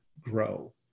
grow